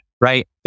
right